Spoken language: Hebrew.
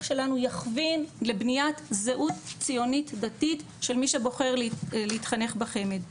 שלנו יכווין לבניית זהות ציונית דתית של מי שבוחר להתחנך בחמ"ד.